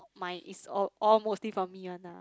my it's all all mostly from me only